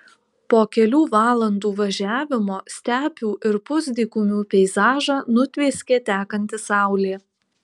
po kelių valandų važiavimo stepių ir pusdykumių peizažą nutvieskė tekanti saulė